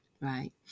right